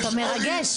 אתה מרגש.